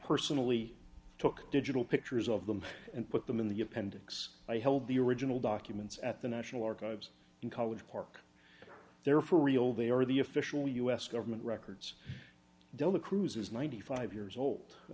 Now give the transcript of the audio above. personally took digital pictures of them and put them in the appendix i held the original documents at the national archives in college park they're for real they are the official u s government records dela cruz is ninety five years old i